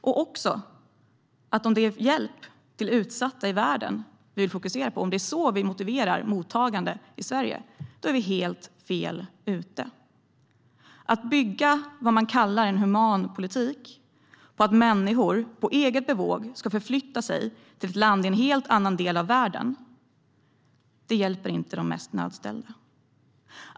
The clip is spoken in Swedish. Vi har också sagt att om det är hjälp till utsatta i världen vi vill fokusera på - om det är så vi motiverar mottagande i Sverige - är vi helt fel ute. Att bygga vad man kallar en human politik på att människor på eget bevåg ska förflytta sig till ett land i en helt annan del av världen hjälper inte de mest nödställda.